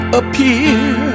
appear